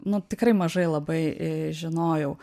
nu tikrai mažai a labai žinojau